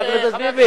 טוב, חבר הכנסת זאב.